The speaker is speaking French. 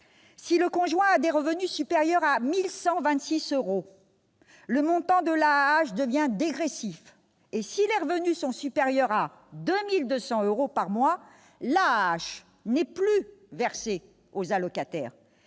si le conjoint a des revenus supérieurs à 1 126 euros, le montant de l'AAH devient dégressif. Si les revenus sont supérieurs à 2 200 euros par mois, l'AAH n'est plus versée aux allocataires.